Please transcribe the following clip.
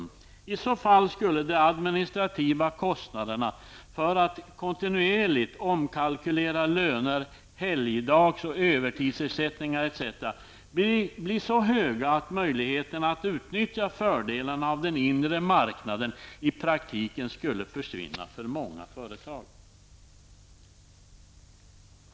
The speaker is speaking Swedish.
I så fall skulle de administrativa kostnaderna för att kontinuerligt omkalkylera löner, helgdags eller övertidsersättningar etc. bli så höga att möjligheterna att utnyttja fördelarna av den inre marknaden i praktiken skulle försvinna för många företag''.